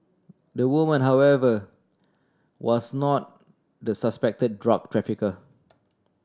the woman however was not the suspected drug trafficker